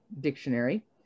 dictionary